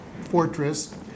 fortress